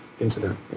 incident